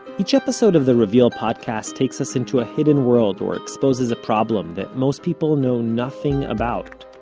each episode of the reveal podcast takes us into a hidden world or exposes a problem that most people know nothing about.